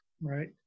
Right